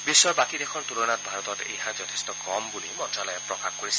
বিখৰ বাকী দেশৰ তুলনাত ভাৰতত এই হাৰ যথেষ্ট কম বুলি মন্ত্যালয়ে মন্তব্য কৰিছে